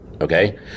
okay